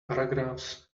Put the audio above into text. paragraphs